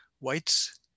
Whites